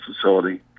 facility